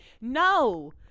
No